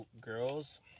girls